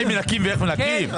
מתי מנקים ואיך מנקים.